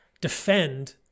defend